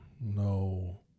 No